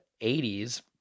80s